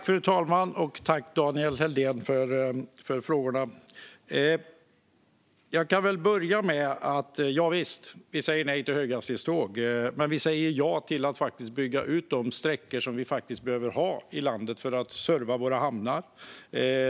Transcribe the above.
Fru talman! Det är riktigt att vi säger nej till höghastighetståg. Men vi säger ja till att man faktiskt ska bygga ut de sträckor som behövs i landet för att serva våra hamnar.